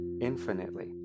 infinitely